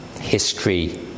history